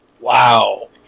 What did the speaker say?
Wow